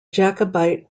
jacobite